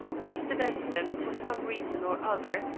mr. benson, for some reason or other,